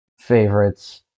favorites